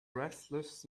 restless